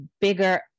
Bigger